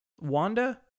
Wanda